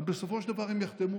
אבל בסופו של דבר הם יחתמו